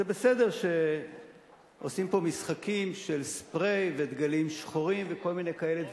זה בסדר שעושים פה משחקים של ספריי ודגלים שחורים וכל מיני דברים כאלה.